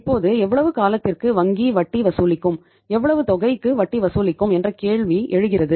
இப்போது எவ்வளவு காலத்திற்கு வங்கி வட்டி வசூலிக்கும் எவ்வளவு தொகைக்கு வட்டி வசூலிக்கும் என்ற கேள்வி எழுகிறது